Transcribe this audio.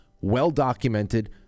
well-documented